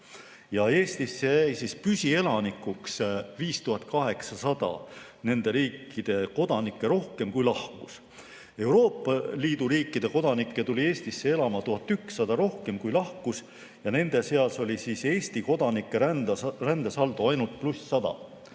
Eestisse jäi püsielanikuks 5800 nende riikide kodanikku rohkem, kui siit lahkus. Euroopa Liidu riikide kodanikke tuli Eestisse elama 1100 rohkem, kui siit lahkus, ja nende seas oli Eesti kodanike rändesaldo ainult +100.